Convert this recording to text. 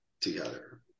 together